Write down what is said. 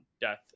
death